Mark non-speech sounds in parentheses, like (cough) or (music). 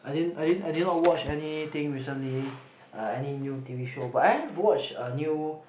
I didn't I didn't I did not watch anything recently (noise) ah any new t_v show but I have watched a new